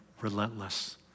relentless